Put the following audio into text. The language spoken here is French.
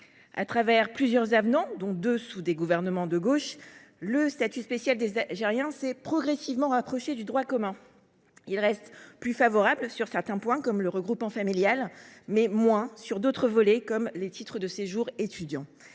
Par plusieurs avenants, dont deux adoptés sous des gouvernements de gauche, le statut spécial des Algériens s’est progressivement rapproché du droit commun. Il reste plus favorable que celui ci sur certains points – je pense notamment au regroupement familial. Mais sur d’autres volets, comme les titres de séjour étudiants,